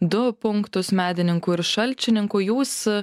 du punktus medininkų ir šalčininkų jūs